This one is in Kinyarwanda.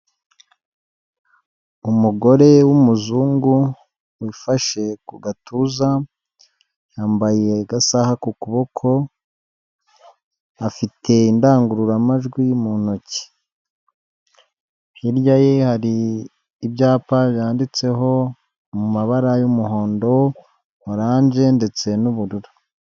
Umugore w'umuzungu wifashe ku gatuza, yambaye agasaha ku kuboko, afite indangururamajwi mu ntoki, hirya ye hari ibyapa byanditseho mu mabara y'umuhondo oranje ndetse n'ubururu.